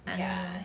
ya